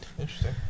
Interesting